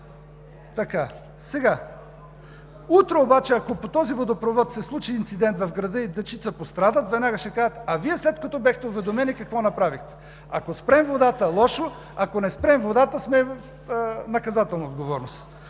верен ход. Утре обаче, ако по този водопровод се случи инцидент в града и дечица пострадат, веднага ще кажат: а Вие, след като бяхте уведомени, какво направихте? Ако спрем водата – лошо, ако не спрем водата, сме в наказателна отговорност.